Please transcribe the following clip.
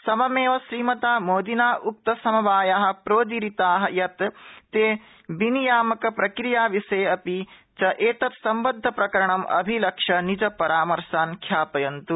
सममेव श्रीमता मोदिना उक्त समवाया प्रोदीरिता यत् ते विनियामक प्रक्रिया विषये अपि च एतत् सम्बद्ध प्रकरणमभिलक्ष्य निज परामर्शान् ख्यापयन्तु